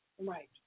right